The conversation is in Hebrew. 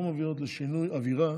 לא מביאות לשינוי אווירה